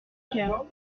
coeur